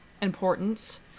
importance